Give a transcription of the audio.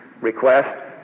request